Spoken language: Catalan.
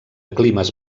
climes